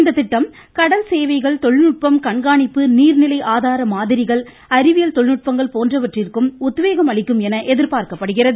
இந்த திட்டம் கடல்சேவைகள் தொழில்நுட்பம் கண்காணிப்பு நீர்நிலை ஆதார மாதிரிகள் அறிவியல் தொழில்நுட்பங்கள் போன்றவற்றிற்கும் உத்வேகம் அளிக்கும் என எதிர்பார்க்கப்படுகிறது